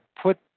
put